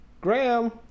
Graham